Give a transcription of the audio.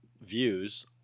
views